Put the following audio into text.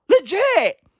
Legit